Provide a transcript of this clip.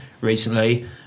recently